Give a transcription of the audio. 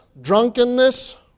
drunkenness